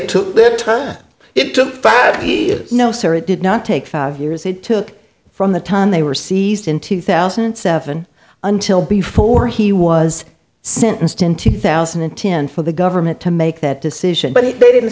took their time it took fathi is no sir it did not take five years it took from the time they were seized in two thousand and seven until before he was sentenced in two thousand and ten for the government to make that decision but they didn't